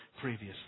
previously